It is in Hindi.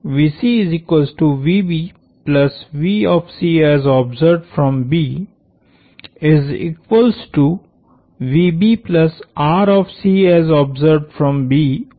तो यह बार BC है